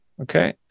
Okay